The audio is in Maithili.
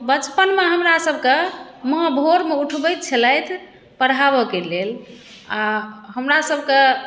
बचपनमे हमरा सभके माँ भोरमे उठबै छलथि पढ़ाबऽके लेल आओर हमरा सभके